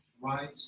right